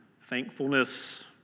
thankfulness